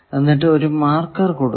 എന്നിട്ടു ഒരു മാർക്കർ കൊടുക്കാം